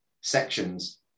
sections